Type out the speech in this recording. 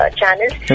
channels